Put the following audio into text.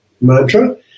mantra